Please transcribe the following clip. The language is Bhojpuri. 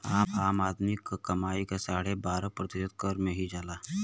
आम आदमी क कमाई क साढ़े बारह प्रतिशत कर में ही जाला